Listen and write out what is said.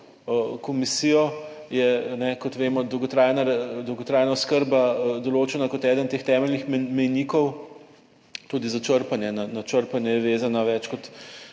komisijo je kot vemo dolgotrajna, dolgotrajna oskrba določena kot eden teh temeljnih mejnikov tudi za črpanje, na črpanje je vezana več kot